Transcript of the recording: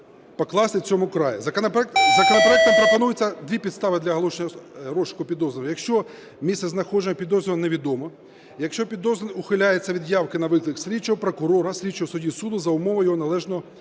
покласти цьому край. Законопроектом пропонується дві підстави для оголошення розшуку підозрюваного: якщо місцезнаходження підозрюваного невідомо; якщо підозрюваний ухиляється від явки на виклик слідчого, прокурора, слідчого суддю суду за умови його належного